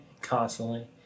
constantly